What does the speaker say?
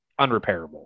unrepairable